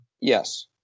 Yes